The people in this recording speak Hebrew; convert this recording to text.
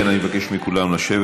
אם כן, אני מבקש מכולם לשבת.